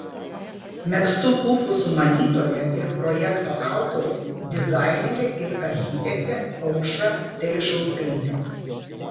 megztų pufų sumanytoja ir projekto autorė dizainerė ir architektė aušra telišauskaitė